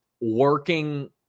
working